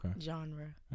genre